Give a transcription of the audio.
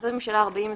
החלטת ממשלה 4021,